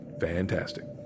fantastic